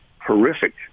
horrific